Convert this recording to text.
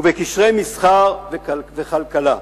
ובקשרי מסחר וכלכלה.